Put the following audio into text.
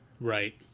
Right